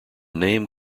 name